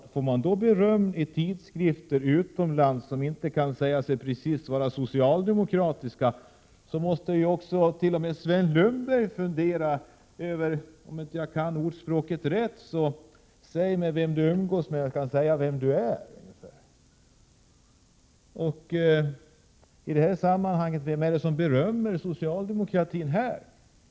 Och får man då beröm i utländska tidskrifter som inte precis kan sägas vara socialdemokratiska måste väl också Sven Lundberg börja fundera på ordspråket: Säg mig med vem du umgås, och jag skall säga dig vem du är. Ja, vem är det som berömmer socialdemokratin här?